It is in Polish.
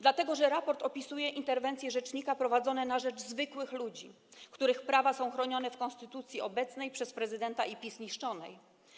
Dlatego że raport opisuje interwencje rzecznika prowadzone na rzecz zwykłych ludzi, których prawa są chronione w konstytucji obecnej, przez prezydenta i PiS niszczonej.